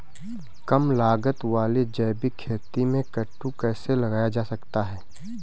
कम लागत वाली जैविक खेती में कद्दू कैसे लगाया जा सकता है?